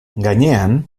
gainean